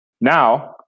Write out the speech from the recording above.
Now